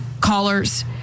callers